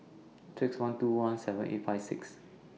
six one two one seven eight five six